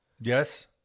Yes